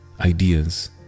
ideas